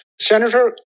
Senator